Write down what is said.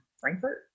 Frankfurt